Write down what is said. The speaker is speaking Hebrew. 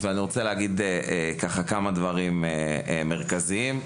אני רוצה להגיד כמה דברים מרכזיים.